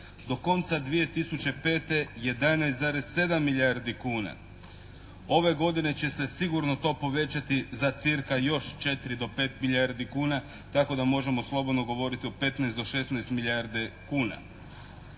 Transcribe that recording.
Do konca 2005. 11,7 milijardi kuna. Ove godine će se sigurno to povećati za cirka još 4 do 5 milijardi kuna tako da možemo slobodno govoriti o 15 do 16 milijardi kuna.